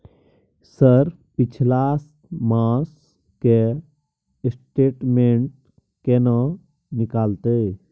Sir पिछला मास के स्टेटमेंट केना निकलते?